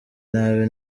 nabi